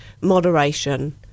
moderation